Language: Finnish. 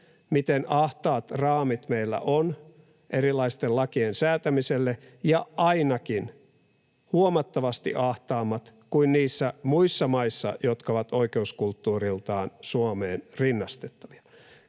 miten ahtaat raamit meillä on erilaisten lakien säätämiselle, ja ainakin huomattavasti ahtaammat kuin niissä muissa maissa, jotka ovat oikeuskulttuuriltaan Suomeen rinnastettavia.